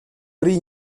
prý